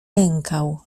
lękał